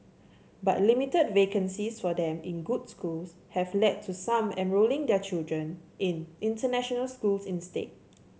but limited vacancies for them in good schools have led to some enrolling their children in international schools instead